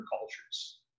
cultures